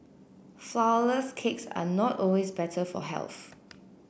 flourless cakes are not always better for health